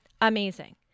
amazing